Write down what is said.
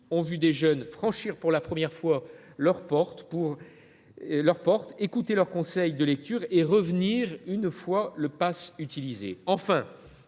ont vu des jeunes franchir pour la première fois leur porte, écouter leurs conseils de lecture et revenir une fois le pass utilisé.